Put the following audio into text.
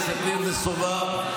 חברי הכנסת ניר וסובה,